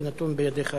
זה נתון בידיך,